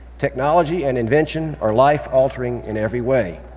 technology and invention are life-altering in every way.